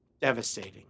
devastating